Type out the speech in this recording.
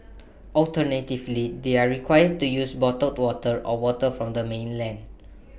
alternatively they are required to use bottled water or water from the mainland